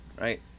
right